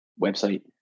website